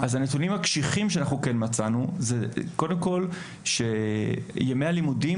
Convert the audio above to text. הנתונים הקשיחים שאנחנו מצאנו שימי הלימודים